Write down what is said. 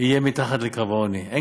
יהיה מתחת לקו העוני.